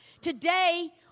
Today